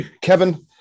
Kevin